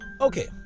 okay